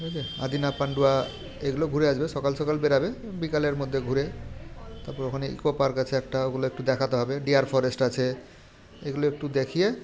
ঠিক আছে আদিনা পাণ্ডুয়া এগুলো ঘুরে আসবে সকাল সকাল বেড়াবে বিকালের মধ্যে ঘুরে তারপর ওখানে ইকো পার্ক আছে একটা ওগুলো একটু দেখাতে হবে ডিয়ার ফরেস্ট আছে এগুলো একটু দেখিয়ে